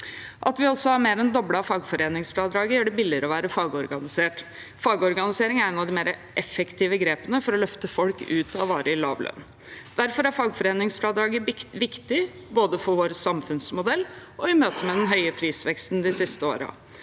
At vi også har mer enn doblet fagforeningsfradraget, gjør det billigere å være fagorganisert. Fagorganisering er et av de mer effektive grepene for å løfte folk ut av varig lav lønn. Derfor er fagforeningsfradraget viktig både for vår samfunnsmodell og i møte med den høye prisveksten de siste årene.